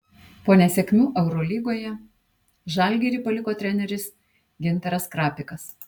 po nesėkmių eurolygoje žalgirį paliko treneris gintaras krapikas